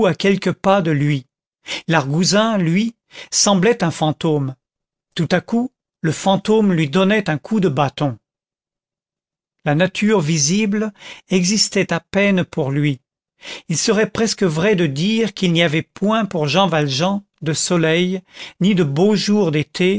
à quelques pas de lui l'argousin lui semblait un fantôme tout à coup le fantôme lui donnait un coup de bâton la nature visible existait à peine pour lui il serait presque vrai de dire qu'il n'y avait point pour jean valjean de soleil ni de beaux jours d'été